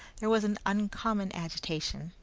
there was an uncommon agitation,